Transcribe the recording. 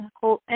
whole